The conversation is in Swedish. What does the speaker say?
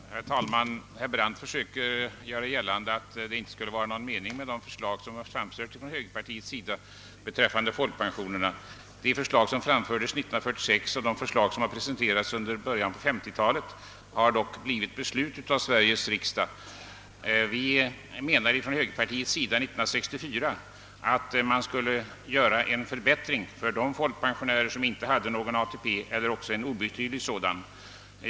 Herr talman! Herr Brandt försöker göra gällande att det inte skulle vara någon mening med de förslag som framställts från högerpartiets sida beträffande folkpensioneringen. Men det förslag som framfördes 1946 och de förslag som sedermera presenterades under början av 1950-talet har dock lett till beslut av Sveriges riksdag. Från högerpartiets sida hävdades år 1964 att förbättringar borde vidtas för de folkpensionärer som inte hade någon ATP eller en obetydlig sådan.